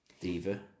Diva